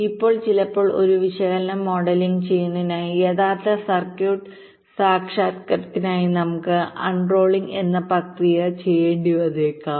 ഇപ്പോൾ ചിലപ്പോൾ ഒരു വിശകലനം മോഡലിംഗ് ചെയ്യുന്നതിനായി യഥാർത്ഥ സർക്യൂട്ട് സാക്ഷാത്കാരത്തിനായി നമുക്ക് അൺറോളിംഗ് എന്ന ഒരു പ്രക്രിയ ചെയ്യേണ്ടി വന്നേക്കാം